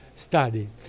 study